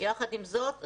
יחד עם זאת,